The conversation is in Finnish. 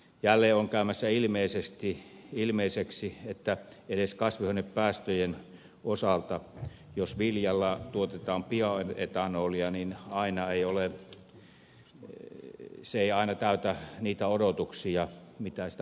jälleen on käymässä ilmeiseksi että jos viljalla tuotetaan bioetanolia niin se ei aina täytä niitä odotuksia edes kasvihuonepäästöjen osalta mitä siltä odotetaan